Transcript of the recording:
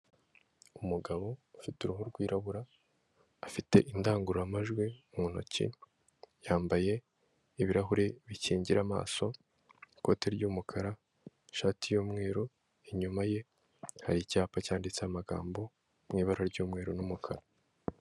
Umugabo ufite uruhu rwirabura, afite indangururamajwi mu ntoki, yambaye ibirahuri bikingira amaso, ikoti ry'umukara, ishati y'umweru, inyuma ye hari icyapa cyanditseho amagambo, mu ibara ry'umweru n'umukara.